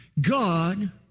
God